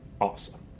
awesome